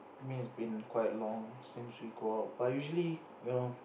me it's been quite long since we go out but usually you know